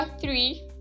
three